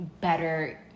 better